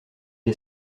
est